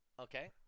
Okay